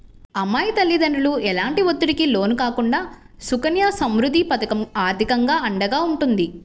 అమ్మాయి తల్లిదండ్రులు ఎలాంటి ఒత్తిడికి లోను కాకుండా సుకన్య సమృద్ధి పథకం ఆర్థికంగా అండగా ఉంటుంది